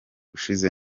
ushize